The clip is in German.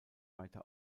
weiter